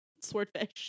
Swordfish